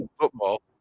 football